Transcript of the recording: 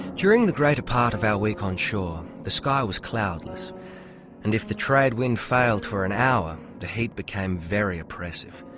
during the greater part of our week on shore the sky was cloudless and if the trade wind failed for an hour the heat became very oppressive.